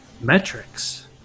metrics